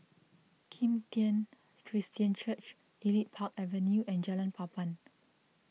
Kim Tian Christian Church Elite Park Avenue and Jalan Papan